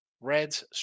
Reds